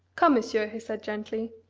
come, monsieur, he said gently,